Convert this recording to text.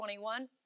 21